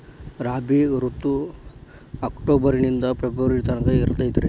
ರಾಬಿ ಋತು ಅಕ್ಟೋಬರ್ ನಿಂದ ಫೆಬ್ರುವರಿ ತನಕ ಇರತೈತ್ರಿ